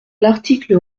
l’article